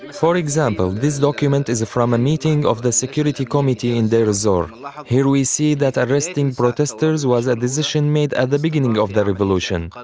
for example, this document is from a meeting of the security committee in deir ez-zor here we see that arresting protesters was a decision made at the beginning of the revolution.